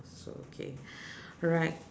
so okay alright